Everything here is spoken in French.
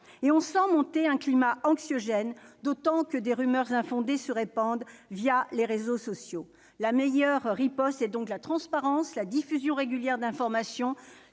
On sent monter un climat anxiogène, d'autant que des rumeurs infondées se répandent les réseaux sociaux. La meilleure riposte est donc la transparence, la diffusion régulière d'informations,